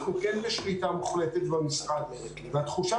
אנחנו כן בשליטה מוחלטת במשרד והתחושה